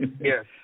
yes